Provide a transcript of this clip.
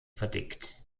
verdickt